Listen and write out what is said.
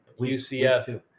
UCF